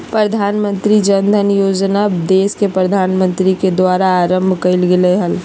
प्रधानमंत्री जन धन योजना देश के प्रधानमंत्री के द्वारा आरंभ कइल गेलय हल